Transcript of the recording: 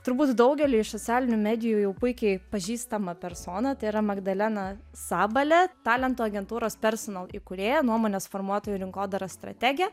turbūt daugeliui iš socialinių medijų jau puikiai pažįstama persona tai yra magdalena sabalė talentų agentūros personal įkūrėja nuomonės formuotojų rinkodaros strategė